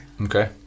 Okay